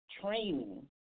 training